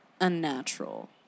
unnatural